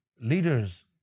leaders